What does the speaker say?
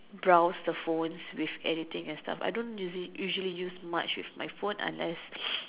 browse the phone with editing and stuff I don't use it usually use much with my phone unless